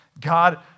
God